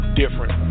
different